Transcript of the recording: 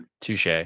Touche